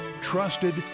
Trusted